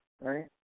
right